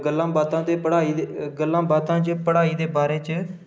गल्लां बातां ते पढ़ाई गल्लां बातां च पढ़ाई दे बारे च